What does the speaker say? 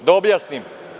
Da objasnim.